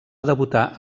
debutar